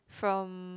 from